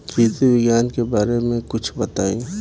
कृषि विज्ञान के बारे में कुछ बताई